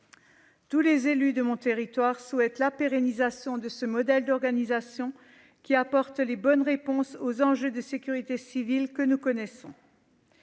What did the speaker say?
Tous les élus de mon territoire souhaitent la pérennisation de ce modèle d'organisation qui apporte les bonnes réponses aux enjeux de sécurité civile que nous connaissons.